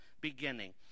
beginning